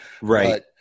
right